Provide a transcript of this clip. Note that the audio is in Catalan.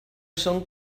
són